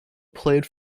played